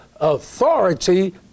authority